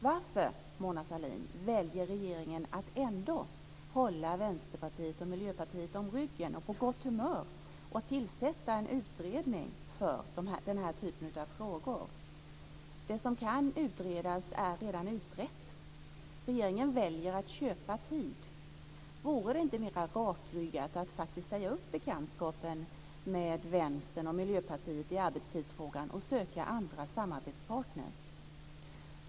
Varför, Mona Sahlin, väljer regeringen att ändå hålla Vänsterpartiet och Miljöpartiet om ryggen och på gott humör och tillsätta en utredning för den här typen av frågor? Det som kan utredas är redan utrett. Regeringen väljer att köpa tid. Vore det inte mer rakryggat att faktiskt säga upp bekantskapen med Vänstern och Miljöpartiet i arbetstidsfrågan och söka andra samarbetspartner?